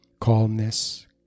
calmness